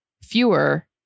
fewer